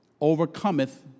overcometh